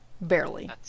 Barely